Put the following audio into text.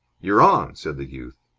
you're on, said the youth.